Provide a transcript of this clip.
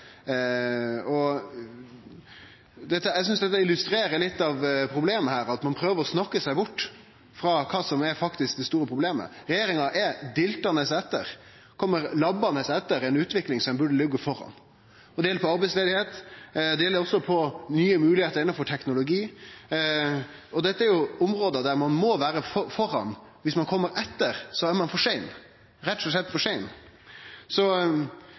synest dette illustrerer litt av problemet her, at ein prøver å snakke seg bort frå kva som faktisk er det store problemet. Regjeringa kjem diltande etter, kjem labbande etter ei utvikling der ein burde ha lege føre. Det gjeld arbeidsløyse, og det gjeld nye moglegheiter innan teknologi, og dette er område der ein må vere fremst. Dersom ein kjem etter, er ein rett og slett for sein.